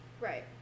Right